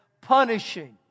punishing